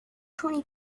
twenty